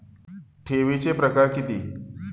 ठेवीचे प्रकार किती?